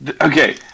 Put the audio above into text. Okay